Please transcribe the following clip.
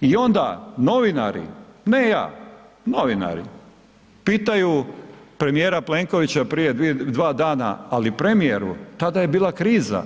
I onda novinari, ne ja, novinari, pitaju premijera Plenkovića prije dva dana, ali premijeru tada je bila kriza,